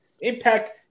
Impact